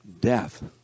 Death